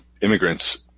immigrants